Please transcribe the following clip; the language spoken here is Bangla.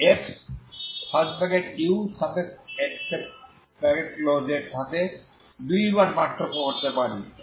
আমি xuxx এর সাথে দুইবার পার্থক্য করতে পারি